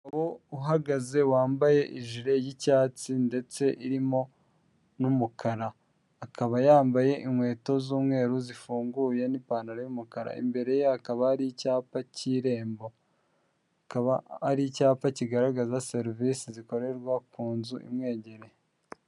Umugabo uhagaze wambaye ijiri y'icyatsi ndetse irimo n'umukara, akaba yambaye inkweto z'umweru zifunguye n'ipantaro y'umukara imbere ye akaba ari icyapa cy'irembo akaba ari icyapa kigaragaza serivisi zikorerwa ku nzu imwegereye.